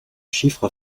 chiffre